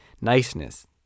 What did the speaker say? niceness